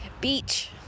beach